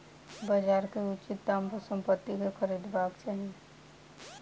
बजारक उचित दाम पर संपत्ति के खरीदबाक चाही